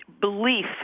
belief